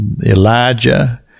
Elijah